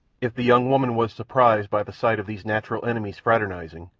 if the young woman was surprised by the sight of these natural enemies fraternizing,